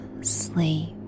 sleep